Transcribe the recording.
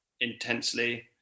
intensely